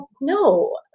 no